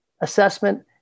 assessment